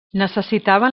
necessitaven